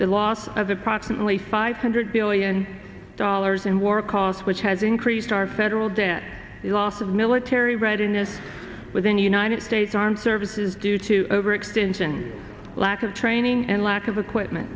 the loss of approximately five hundred billion dollars in war costs which has increased our federal debt the loss of military readiness within the united states armed services due to overextension lack of training and lack of equipment